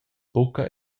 buca